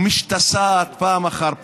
ומשתסעת פעם אחר פעם,